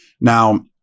Now